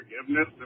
forgiveness